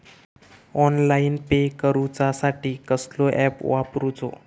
Online pay करूचा साठी कसलो ऍप वापरूचो?